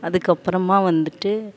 அதுக்கப்புறமா வந்துவிட்டு